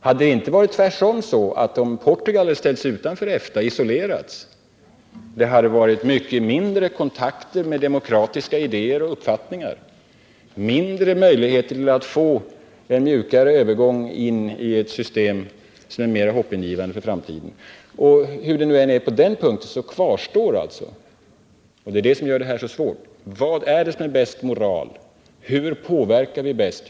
Hade det inte tvärtom varit så att om Portugal hade ställts utanför EFTA, isolerats, hade det varit mycket mindre kontakter med demokratiska idéer och uppfattningar, mindre möjligheter att få en mjukare övergång till ett system som är mera hoppingivande för framtiden? Hur det nu än är på den punkten kvarstår den frågeställning som gör det här problemet så svårt: Vad är bäst moraliskt? Hur påverkar vi bäst?